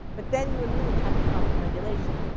but then you immediately have the problem of regulation.